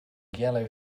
yellow